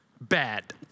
bad